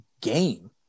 game